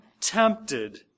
tempted